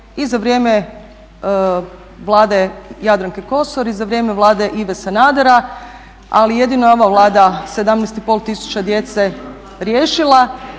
i za vrijeme vlade Jadranke Kosor i za vrijeme vlade Ive Sanadera, ali jedino je ova Vlada 17.500 djece riješila